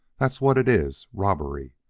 that's what it is robbery.